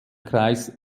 kreis